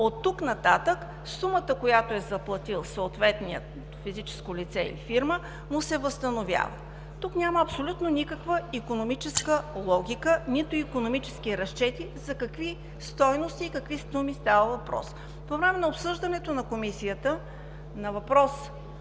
от тук нататък сумата, която е заплатило съответното физическо лице или фирма, му се възстановява. Тук няма абсолютно никаква икономическа логика, нито икономически разчети за какви стойности и какви суми става въпрос. По време на обсъждането на Комисията на въпрос